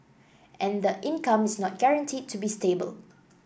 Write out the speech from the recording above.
and the income is not guaranteed to be stable